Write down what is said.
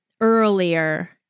earlier